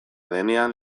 denean